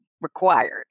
required